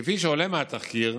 כפי שעולה מהתחקיר,